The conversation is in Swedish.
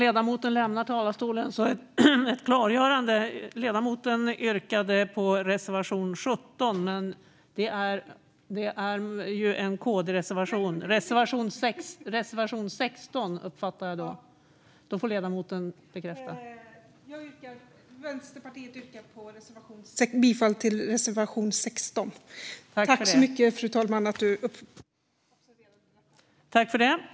Tack så mycket, fru talman!